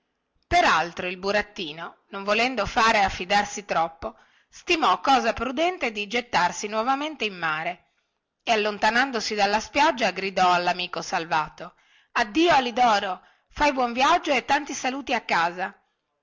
altro il burattino non volendo fare a fidarsi troppo stimò cosa prudente di gettarsi novamente in mare e allontanandosi dalla spiaggia gridò allamico salvato addio alidoro fai buon viaggio e tanti saluti a casa